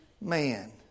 man